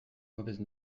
mauvaise